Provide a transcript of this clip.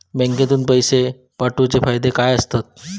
बँकेतून पैशे पाठवूचे फायदे काय असतत?